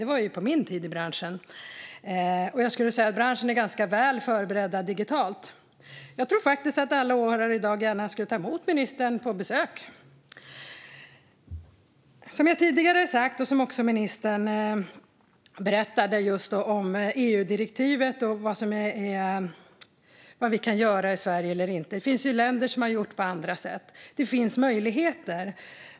Det var på min tid i branschen. Och jag skulle vilja säga att branschen är ganska väl förberedd digitalt. Jag tror faktiskt att alla åhörare i dag gärna skulle ta emot ministern på besök. Ministern tog upp EU-direktivet och vad vi kan göra eller inte i Sverige. Det finns ju länder som har gjort på andra sätt. Det finns möjligheter.